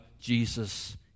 Jesus